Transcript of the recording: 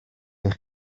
eich